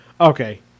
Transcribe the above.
okay